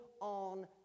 on